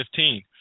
2015